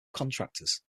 contractors